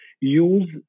use